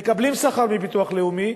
מקבלים שכר מביטוח לאומי,